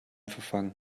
verfangen